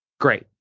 Great